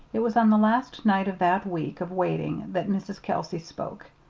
it was on the last night of that week of waiting that mrs. kelsey spoke.